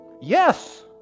Yes